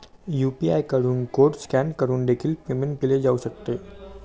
UPI कडून code scan करून देखील पेमेंट केले जाऊ शकते